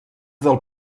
del